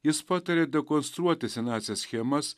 jis patarė dekonstruoti senąsias schemas